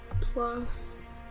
plus